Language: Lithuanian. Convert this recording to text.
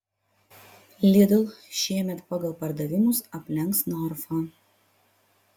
lidl šiemet pagal pardavimus aplenks norfą